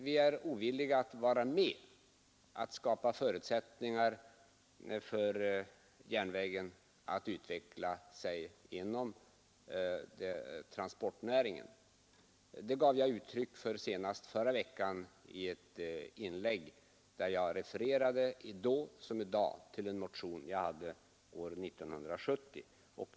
Vi är inte ovilliga att vara med att skapa förutsättningar för järnvägen att utveckla sig inom transportnäringen — det gav jag uttryck för senast förra veckan i ett inlägg där jag liksom i dag refererade till en motion som jag hade väckt år 1970.